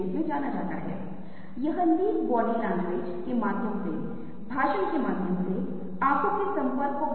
क्योंकि आप देखते हैं कि यदि आप एक समय में एक चीज में भाग लेने में सक्षम हैं तो एक कलाकार आपका ध्यान आकर्षित कर सकता है